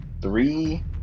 three